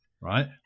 right